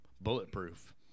bulletproof